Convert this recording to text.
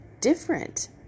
different